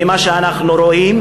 ממה שאנחנו רואים,